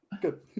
good